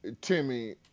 Timmy